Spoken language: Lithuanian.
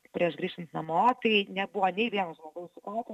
prieš grįžtant namo tai nebuvo nei vieno žmogaus su kauke